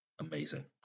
amazing